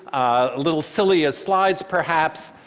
a little silly as slides, perhaps.